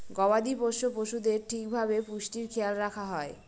গবাদি পোষ্য পশুদের ঠিক ভাবে পুষ্টির খেয়াল রাখা হয়